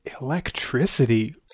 Electricity